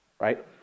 right